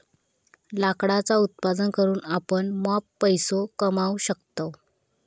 लाकडाचा उत्पादन करून आपण मॉप पैसो कमावू शकतव